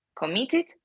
committed